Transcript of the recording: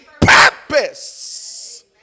purpose